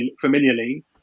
familiarly